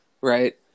right